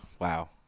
wow